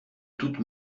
toutes